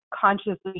consciously